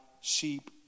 sheep